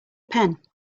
pen